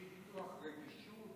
בלי פיתוח רגישות,